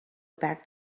back